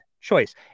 choice